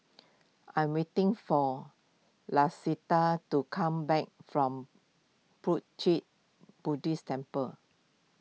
I am waiting for Lisette to come back from Puat Jit Buddhist Temple